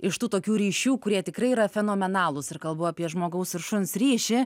iš tų tokių ryšių kurie tikrai yra fenomenalūs ir kalbu apie žmogaus ir šuns ryšį